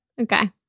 Okay